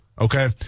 okay